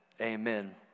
amen